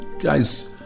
guys